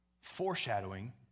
foreshadowing